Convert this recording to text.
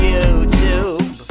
YouTube